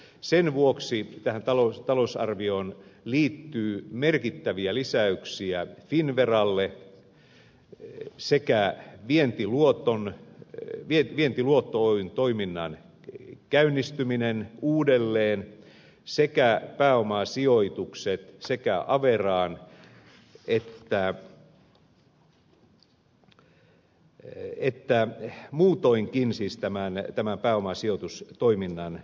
sen vuoksi tähän talousarvioon liittyy merkittäviä lisäyksiä finnveralle vientiluotto oyn toiminnan käynnistymiseen uudelleen ja pääomasijoituksia sekä averaan että muutoinkin siis tämän pääomasijoitustoiminnan aktivointiin